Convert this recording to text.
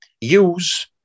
use